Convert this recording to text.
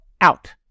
out